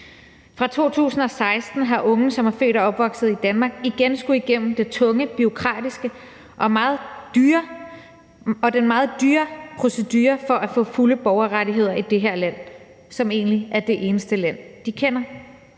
Fra 2016 har unge, som er født og opvokset i Danmark, igen skullet igennem den tunge, bureaukratiske og meget dyre procedure for at få fulde borgerrettigheder i det her land, som egentlig er det eneste land, de kender.